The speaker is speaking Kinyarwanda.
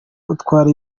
utwara